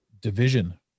Division